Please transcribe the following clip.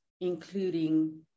including